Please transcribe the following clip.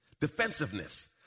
Defensiveness